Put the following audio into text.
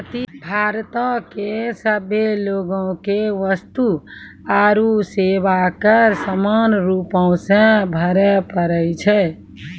भारतो के सभे लोगो के वस्तु आरु सेवा कर समान रूपो से भरे पड़ै छै